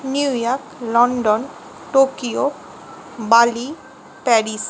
New York London Tokyo Bali Paris